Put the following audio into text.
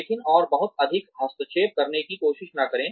लेकिन और बहुत अधिक हस्तक्षेप करने की कोशिश न करें